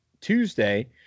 Tuesday